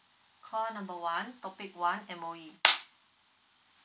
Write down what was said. call number one topic one M_O_E